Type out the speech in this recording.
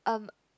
um